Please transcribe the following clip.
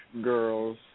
girls